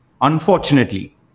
Unfortunately